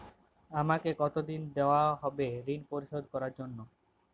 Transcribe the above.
আমাকে কতদিন দেওয়া হবে ৠণ পরিশোধ করার জন্য?